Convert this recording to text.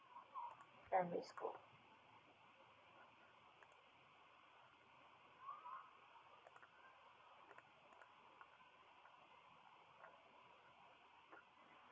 primary school